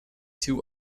two